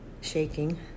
shaking